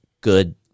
good